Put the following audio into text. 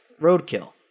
roadkill